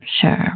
Sure